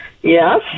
Yes